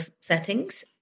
settings